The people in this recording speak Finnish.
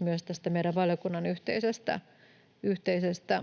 myös tästä meidän valiokunnan yhteisestä mietinnöstä.